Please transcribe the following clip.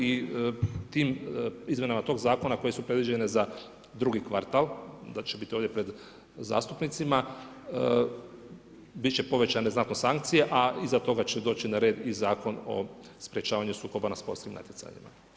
I tim izmjenama, tog zakona koje su predviđene za drugi kvartal, da će biti ovdje pred zastupnicima, biti će povećane znatno sankcije a iza toga će doći na red i Zakon o sprječavanju sukoba na sportskim natjecanjima.